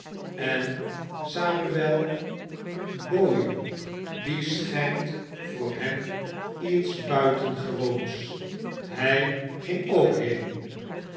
en sam'l bowyer dit schijnt voor hem iets zeer buitengewoons s hij ging ook heen